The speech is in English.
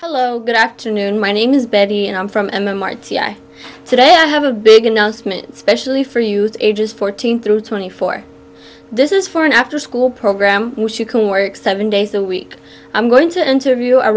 hello good afternoon my name is betty and i'm from m m r t i today i have a big announcement specially for you ages fourteen through twenty four this is for an afterschool program which you can work seven days a week i'm going to interview a